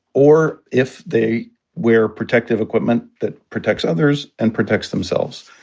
or if they wear protective equipment that protects others and protects themselves.